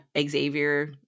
Xavier